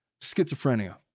Schizophrenia